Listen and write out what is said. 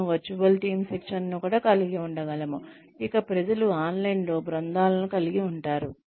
మనము virtual team శిక్షణను కూడా కలిగి ఉండగలము ఇక్కడ ప్రజలు ఆన్లైన్లో బృందాలను కలిగి ఉంటారు